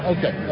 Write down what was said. Okay